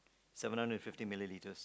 seven hundred and fifty millimeters